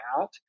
out